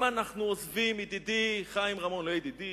אם אנחנו עוזבים, ידידי חיים רמון, לא ידידי,